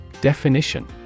Definition